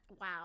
Wow